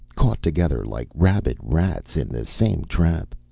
caught together like rabid rats in the same trap,